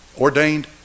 ordained